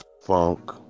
funk